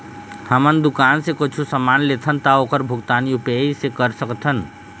हमन दुकान से कुछू समान लेथन ता ओकर भुगतान यू.पी.आई से कर सकथन?